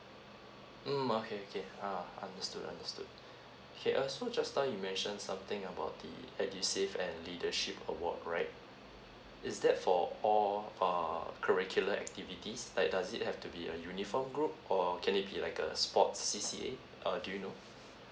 mm okay okay ah understood understood okay uh so just now you mention something about the edu save and leadership award right is that for all err curricular activities like does it have to be a uniform group or can it be like a sports C C A err do you know